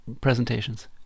presentations